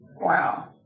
Wow